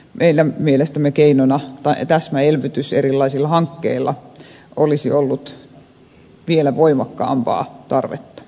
meidän mielestämme täsmäelvytykseen erilaisilla hankkeilla olisi ollut vielä voimakkaampaa tarvetta